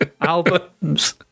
albums